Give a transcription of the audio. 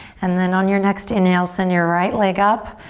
and then on your next inhale, send your right leg up.